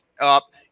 up